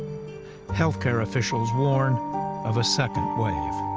health care officials warn of a second wave.